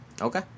Okay